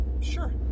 Sure